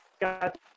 got